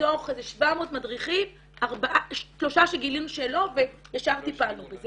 מתוך 700 מדריכים שלושה שגילינו שלא וישר טיפלנו בזה.